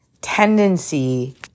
tendency